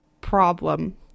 problem